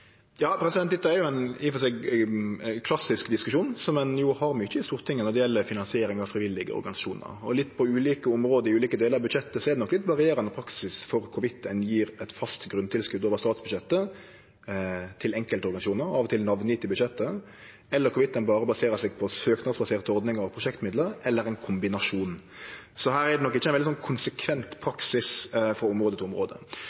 Dette er i og for seg ein klassisk diskusjon, som vi har mykje i Stortinget når det gjeld finansiering av frivillige organisasjonar. På ulike område i ulike delar av budsjettet er det nok litt varierande praksis for om ein gjev eit fast grunntilskot over statsbudsjettet til enkeltorganisasjonar, av og til namngjevne i budsjettet, eller om ein berre baserer seg på søknadsbaserte ordningar for prosjektmidlar – eller ein kombinasjon. Så det er nok ikkje ein veldig konsekvent praksis frå område